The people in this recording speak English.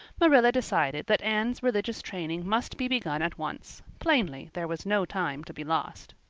marilla decided that anne's religious training must be begun at once. plainly there was no time to be lost.